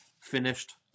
finished